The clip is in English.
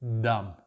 dumb